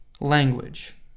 language